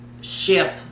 ship